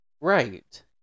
Right